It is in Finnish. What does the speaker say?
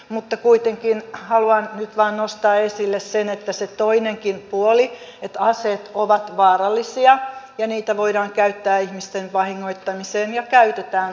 mutta kuitenkin haluan nyt vain nostaa esille sen että se toinenkin puoli on olemassa että aseet ovat vaarallisia ja niitä voidaan käyttää ihmisten vahingoittamiseen ja käytetään